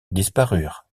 disparurent